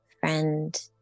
friend